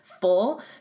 full